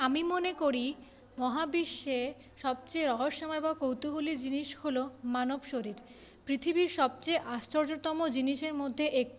আমি মনে করি মহাবিশ্বের সবচেয়ে রহস্যময় বা কৌতূহলী জিনিস হল মানব শরীর পৃথিবীর সবচেয়ে আশ্চর্যতম জিনিসের মধ্যে একটি